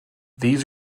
these